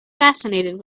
fascinated